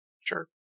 Sure